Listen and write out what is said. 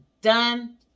done